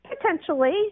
Potentially